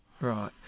Right